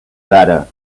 better